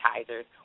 advertisers